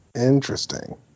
Interesting